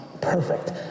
Perfect